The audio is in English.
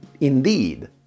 indeed